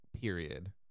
period